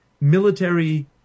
military